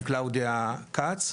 עם קלאודיה כץ.